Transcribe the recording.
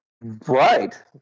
Right